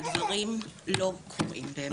הדברים לא קורים.